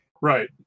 right